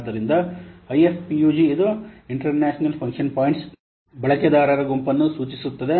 ಆದ್ದರಿಂದ ಐಎಫ್ಪಿಯುಜಿ ಇದು international function points ಬಳಕೆದಾರರ ಗುಂಪನ್ನು ಸೂಚಿಸುತ್ತದೆ